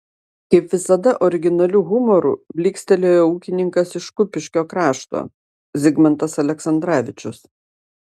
kaip visada originaliu humoru blykstelėjo ūkininkas iš kupiškio krašto zigmantas aleksandravičius